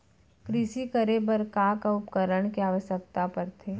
कृषि करे बर का का उपकरण के आवश्यकता परथे?